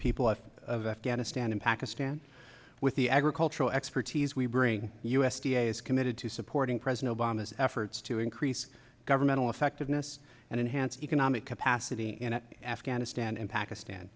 people of afghanistan and pakistan with the agricultural expertise we bring u s d a is committed to supporting president obama's efforts to increase governmental effectiveness and enhance economic capacity and afghanistan and pakistan